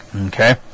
Okay